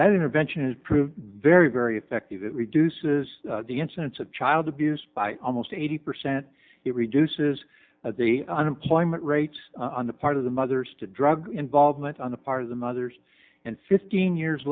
that intervention has proved very very effective it reduces the incidence of child abuse by almost eighty percent it reduces the unemployment rates on the part of the mothers to drug involvement on the part of the mothers and fifteen years